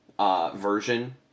version